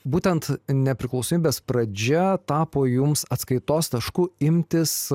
būtent nepriklausomybės pradžia tapo jums atskaitos tašku imtis